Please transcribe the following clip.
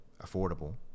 affordable